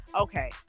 okay